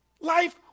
Life